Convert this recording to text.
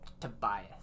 Tobias